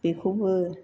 बेखौबो